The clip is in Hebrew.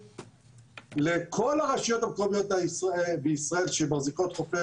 לכל הרשויות המקומיות בישראל שמחזיקות חופי